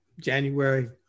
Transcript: January